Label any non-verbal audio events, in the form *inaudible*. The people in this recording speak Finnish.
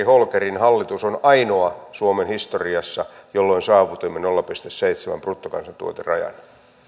*unintelligible* holkerin hallitus on ainoa suomen historiassa jolloin saavutimme nolla pilkku seitsemän bruttokansantuoterajan